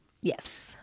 Yes